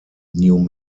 new